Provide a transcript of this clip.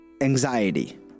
anxiety